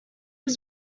was